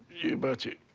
you betcha.